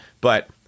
but-